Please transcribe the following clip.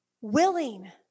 willing